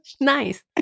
nice